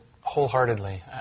wholeheartedly